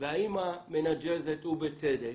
והאימא מנדנדת ובצדק.